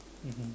mmhmm